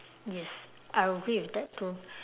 yes I agree with that too